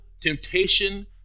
temptation